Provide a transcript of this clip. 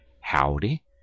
howdy